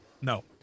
No